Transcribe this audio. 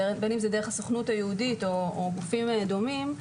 בין אם זה דרך הסוכנות היהודית או דרך גופים דומים,